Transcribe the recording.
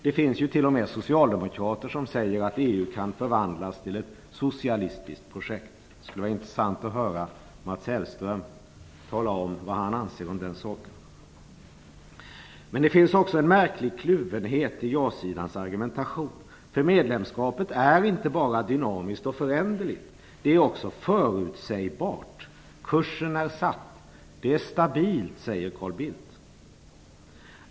Det finns t.o.m. socialdemokrater som säger att EU kan förvandlas till ett socialistiskt projekt. Det skulle vara intressant att höra Mats Hellström tala om vad han anser om den saken. Det finns också en märklig kluvenhet i ja-sidans argumentation. Medlemskapet är inte bara dynamiskt och föränderligt. Det är också förutsägbart. Kursen är satt. Det är stabilt, säger Carl Bildt.